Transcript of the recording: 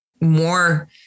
more